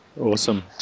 Awesome